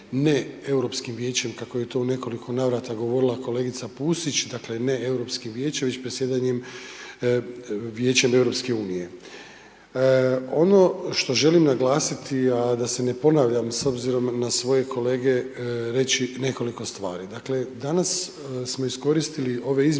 Neeuropskim Vijećem, kako je to u nekoliko navrata govorila kolegica Pusić, dakle, Neeuropskim Vijećem, već predsjedanjem Vijećem EU. Ono što želim naglasiti, a da se ne ponavljam s obzirom na svoje kolege, reći nekoliko stvari. Dakle, danas smo iskoristili ove izmjene